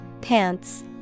pants